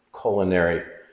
culinary